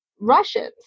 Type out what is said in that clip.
Russians